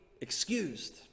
excused